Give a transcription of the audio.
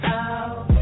out